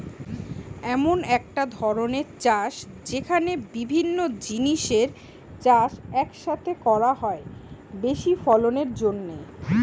এমন একটা ধরণের চাষ যেখানে বিভিন্ন জিনিসের চাষ এক সাথে করা হয় বেশি ফলনের জন্যে